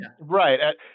Right